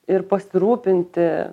ir pasirūpinti